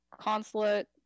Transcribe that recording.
consulate